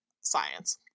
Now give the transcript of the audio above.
science